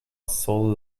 sol